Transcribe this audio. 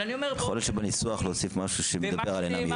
יכול להיות שבניסוח להוסיף משהו שמדבר על אינם יהודים.